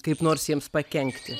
kaip nors jiems pakenkti